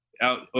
out